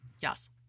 Yes